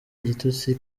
igitutsi